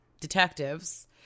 detectives